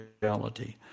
reality